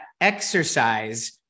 exercise